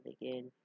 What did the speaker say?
again